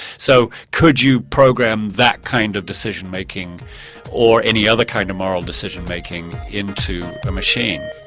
so could you program that kind of decision-making or any other kind of moral decision-making into a machine?